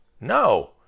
No